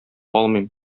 алмыйм